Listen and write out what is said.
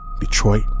Detroit